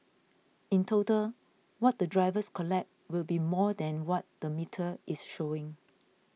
in total what the drivers collect will be more than what the metre is showing